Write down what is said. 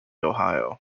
ohio